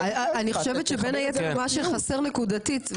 אני חושבת שבין היתר מה שחסר נקודתית,